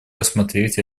рассмотреть